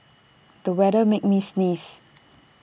the weather made me sneeze